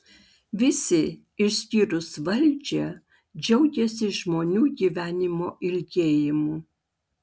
visi išskyrus valdžią džiaugiasi žmonių gyvenimo ilgėjimu